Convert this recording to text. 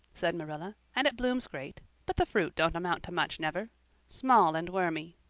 said marilla, and it blooms great, but the fruit don't amount to much never small and wormy.